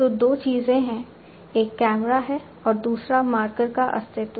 तो दो चीजें हैं एक कैमरा है और दूसरा मार्कर का अस्तित्व